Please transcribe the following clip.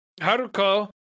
Haruko